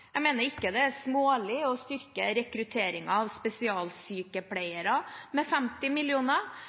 Jeg mener det ikke er smålig å styrke rekrutteringen av spesialsykepleiere med 50